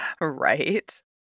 right